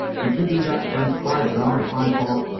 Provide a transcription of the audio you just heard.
did you do that, prince? by god, if i thought